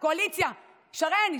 אינו נוכח אופיר סופר,